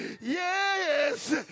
yes